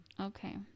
Okay